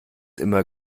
immer